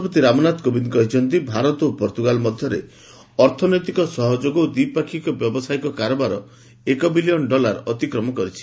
ରାଷ୍ଟ୍ରପତି ରାମନାଥ କୋବିନ୍ଦ କହିଛନ୍ତି ଭାରତ ଓ ପର୍ତ୍ତୁଗାଲ ମଧ୍ୟରେ ଅର୍ଥନୈତିକ ସହଯୋଗ ଓ ଦ୍ୱିପକ୍ଷୀୟ ବ୍ୟାବସାୟିକ କାରବାର ଏକ ବିଲିୟନ୍ ଡଲାର ଅତିକ୍ରମ କରିଛି